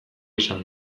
izan